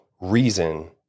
reason